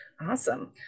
awesome